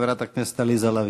חברת הכנסת עליזה לביא.